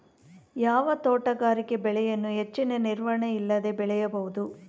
ಯಾವ ತೋಟಗಾರಿಕೆ ಬೆಳೆಯನ್ನು ಹೆಚ್ಚಿನ ನಿರ್ವಹಣೆ ಇಲ್ಲದೆ ಬೆಳೆಯಬಹುದು?